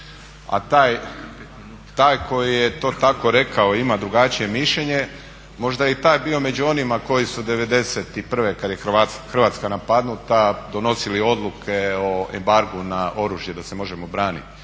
A taj koji je to tako rekao ima drugačije mišljenje, možda je i taj bio među onima koji su '91. kada je Hrvatska napadnuta donosili odluke o embargu na oružje da se možemo braniti